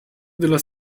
della